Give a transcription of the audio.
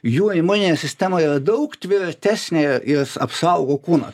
jų imuninė sistema yra daug tvirtesnė jis apsaugo kūną